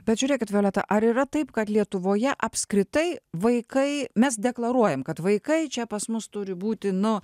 bet žiūrėkit violeta ar yra taip kad lietuvoje apskritai vaikai mes deklaruojam kad vaikai čia pas mus turi būti nu